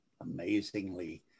amazingly